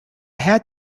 had